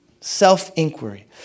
Self-inquiry